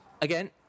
again